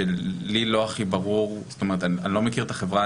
שלי לא הכי ברור אני לא מכיר את החברה,